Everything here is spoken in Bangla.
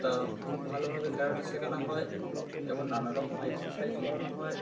তা খুব ভালোভাবে ক্যারাটে শেখানো হয় এবং নানারকম এক্সেসাইজ করানো হয়